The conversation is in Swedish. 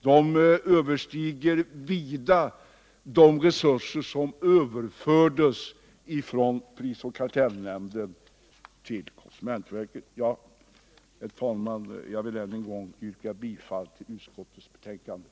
De överstiger väsentligt de personella och ekonomiska resurser som överfördes från SPK till konsumentverket.